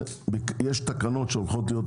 בודקים אותם והם עומדים בתנאי החוק,